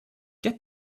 get